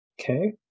Okay